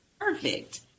perfect